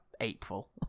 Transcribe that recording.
April